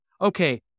okay